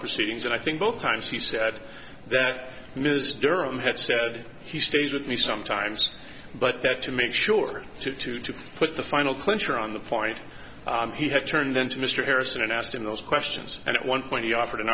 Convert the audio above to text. proceedings and i think both times he said that miss durham had said he stays with me sometimes but that to make sure to to to put the final clincher on the point he had turned into mr harrison and asked him those questions and at one point he offered an